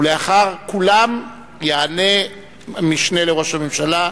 ולאחר כולם יעלה המשנה לראש הממשלה,